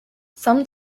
some